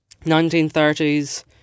1930s